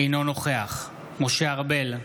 אינו נוכח משה ארבל,